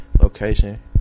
location